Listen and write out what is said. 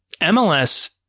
MLS